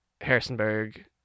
Harrisonburg